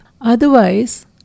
otherwise